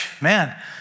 man